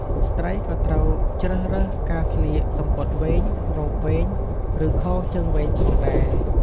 ស្រ្តីក៏ត្រូវជ្រើសរើសការស្លៀក សំពត់វែង រ៉ូបវែង ឬខោជើងវែងផងដែរ។